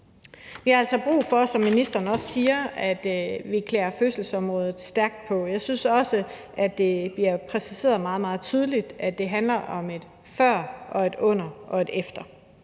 Vi har altså, som ministeren også siger, brug for at klæde personalet på fødselsområdet godt på. Jeg synes også, at det bliver præciseret meget, meget tydeligt, at det handler om et før, et under og et efter.